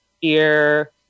fear